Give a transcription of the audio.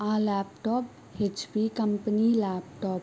ఆ laptop HP company laptop